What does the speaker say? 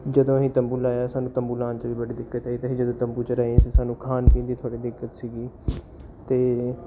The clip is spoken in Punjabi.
ਜਦੋਂ ਅਸੀਂ ਤੰਬੂ ਲਾਇਆ ਸਾਨੂੰ ਤੰਬੂ ਲਾਉਣ 'ਚ ਵੀ ਬੜੀ ਦਿੱਕਤ ਆਈ ਅਤੇ ਅਸੀਂ ਜਦੋਂ ਤੰਬੂ 'ਚ ਰਹੇ ਸਾਨੂੰ ਖਾਣ ਪੀਣ ਦੀ ਥੋੜ੍ਹੀ ਦਿੱਕਤ ਸੀਗੀ ਅਤੇ